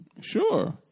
sure